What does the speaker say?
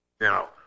Now